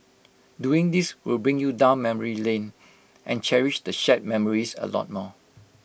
doing this will bring you down memory lane and cherish the shared memories A lot more